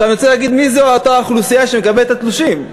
אני רוצה להגיד מי זו אותה אוכלוסייה שמקבלת את התלושים.